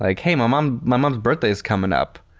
like hey, um um my mom's birthday is coming up.